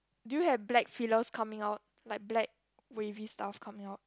do you have black feelers coming out like black wavy stuff coming out